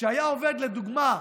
שהיה עובד, לדוגמה,